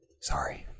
Sorry